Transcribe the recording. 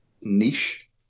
niche